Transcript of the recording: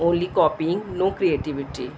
only copying no creativity